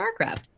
Starcraft